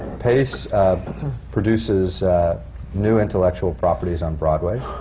pace produces new intellectual properties on broadway,